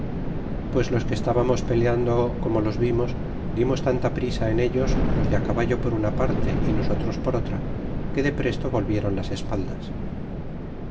pues los que estábamos peleando como los vimos dimos tanta prisa en ellos los de caballo por una parte y nosotros por otra que de presto volvieron las espaldas